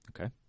Okay